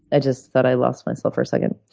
i just thought i lost myself for a second.